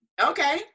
Okay